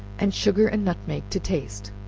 and sugar and nutmeg to taste